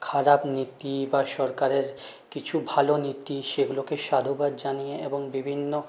খারাপ নীতি বা সরকারের কিছু ভালো নীতি সেগুলোকে সাধুবাদ জানিয়ে এবং বিভিন্ন